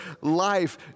life